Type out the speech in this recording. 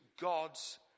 God's